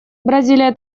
бразилия